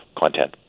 content